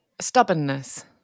stubbornness